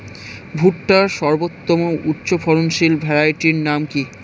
ভুট্টার সর্বোত্তম উচ্চফলনশীল ভ্যারাইটির নাম কি?